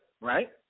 right